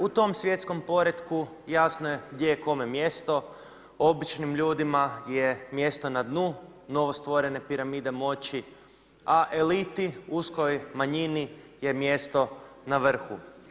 U tom svjetskom poretku jasno je gdje je kome mjesto, običnim ljudima je mjesto na dnu novostvorene piramide moći, a eliti, uskoj manjini je mjesto na vrhu.